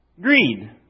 Greed